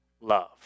love